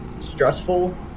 stressful